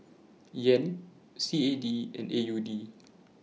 Yen C A D and A U D